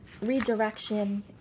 redirection